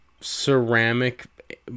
ceramic